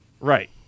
Right